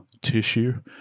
tissue